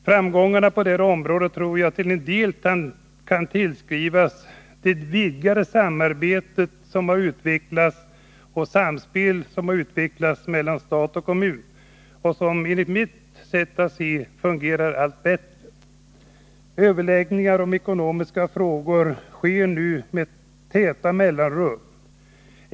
Framgångarna på detta område tror jag till en del kan tillskrivas det vidgade samarbetet och det samspel som har utvecklats mellan stat och kommun och som enligt mitt sätt att se fungerar allt bättre. Överläggningar om ekonomiska frågor sker nu med täta mellanrum.